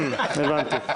הבנתי.